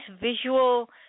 visual